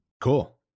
cool